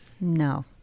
No